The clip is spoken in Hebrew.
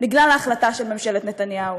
בגלל ההחלטה של ממשלת נתניהו.